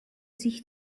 sich